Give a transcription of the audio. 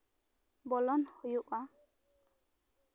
ᱵᱚᱞᱚᱱ ᱦᱩᱭᱩᱜᱼᱟ